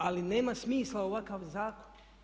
Ali nema smisla ovakav zakon.